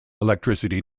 electricity